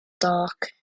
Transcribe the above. dark